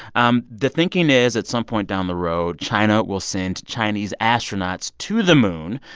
um the thinking is, at some point down the road, china will send chinese astronauts to the moon.